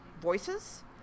Voices